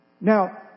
Now